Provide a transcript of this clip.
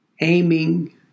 aiming